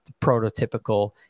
prototypical